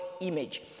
image